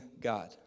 God